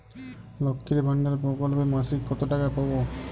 লক্ষ্মীর ভান্ডার প্রকল্পে মাসিক কত টাকা পাব?